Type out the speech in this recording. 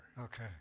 Okay